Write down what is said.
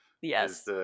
Yes